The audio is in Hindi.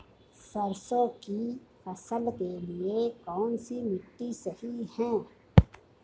सरसों की फसल के लिए कौनसी मिट्टी सही हैं?